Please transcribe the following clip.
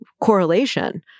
correlation